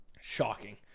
shocking